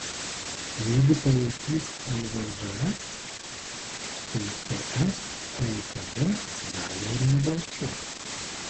jeigu palaikys lvžs tai ts lkd gali ir nebalsuoti